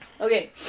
Okay